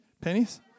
Pennies